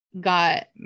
Got